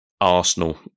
Arsenal